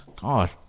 God